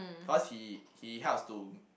cause he he helps to